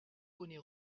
bonnet